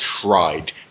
tried